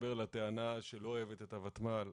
מתחבר לטענה שלא אוהבת את הוותמ"ל.